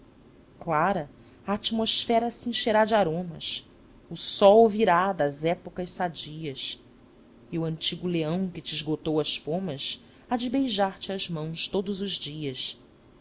a atmosfera se encherá de aromas o sol virá das épocas sadias e o antigo leão que te esgotou as pomas há de beijar-te as mãos todos os dias